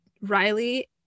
Riley